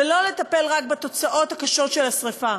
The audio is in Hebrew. ולא לטפל רק בתוצאות הקשות של השרפה,